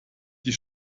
die